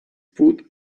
food